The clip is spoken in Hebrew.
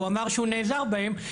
והוא אמר שהוא נעזר בהם,